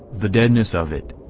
the deadness of it.